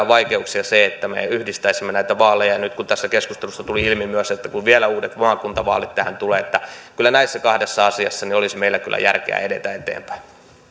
vaikeuksia se että me yhdistäisimme näitä vaaleja ja nyt tässä keskustelussa tuli ilmi myös että vielä uudet maakuntavaalit tähän tulevat kyllä näissä kahdessa asiassa olisi meillä järkevää edetä eteenpäin